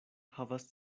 havas